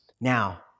Now